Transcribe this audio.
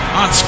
on